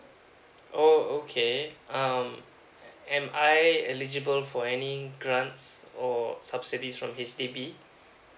oh okay um am I eligible for any grants or subsidies from H_D_B